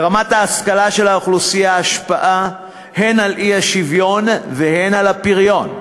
לרמת ההשכלה של האוכלוסייה השפעה הן על האי-שוויון והן על הפריון,